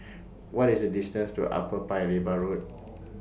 What IS The distance to Upper Paya Lebar Road